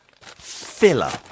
filler